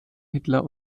hitler